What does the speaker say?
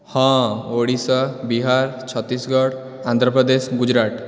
ହଁ ଓଡ଼ିଶା ବିହାର ଛତିଶଗଡ଼ ଆନ୍ଧ୍ରପ୍ରଦେଶ ଗୁଜରାଟ